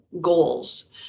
goals